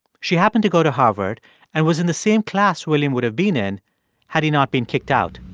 she happened to go to harvard and was in the same class william would have been in had he not been kicked out.